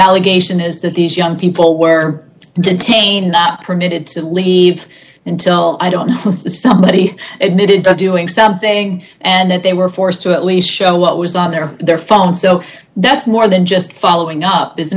allegation is that these young people were detained not permitted to leave until i don't know somebody admitted to doing something and they were forced to at least show what was on their their phone so that's more than just following up isn't